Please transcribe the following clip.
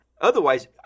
Otherwise